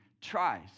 tries